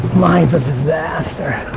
mine's a disaster.